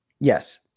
Yes